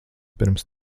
pirms